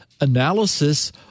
analysis